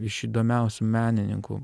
iš įdomiausių menininkų